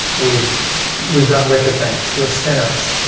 we've we've done wicked things. we're sinners.